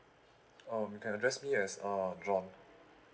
oh you can address me as uh ron